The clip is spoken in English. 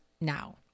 now